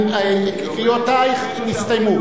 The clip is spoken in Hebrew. קריאותייך נסתיימו.